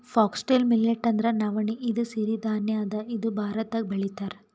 foxtail millet ಅಂದ್ರ ನವಣಿ ಇದು ಸಿರಿ ಧಾನ್ಯ ಅದಾ ಇದು ಭಾರತ್ದಾಗ್ ಬೆಳಿತಾರ್